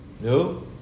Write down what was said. No